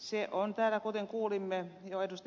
se on täällä kuten kuulimme jo ed